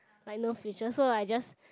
like no future so I just